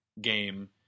game